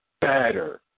better